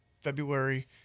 February